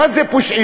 מה זה פושעים?